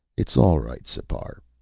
it's all right, sipar,